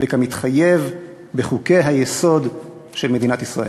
וכמתחייב מחוקי-היסוד של מדינת ישראל.